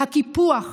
הקיפוח.